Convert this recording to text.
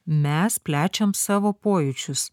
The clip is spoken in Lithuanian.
mes plečiam savo pojūčius